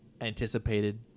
anticipated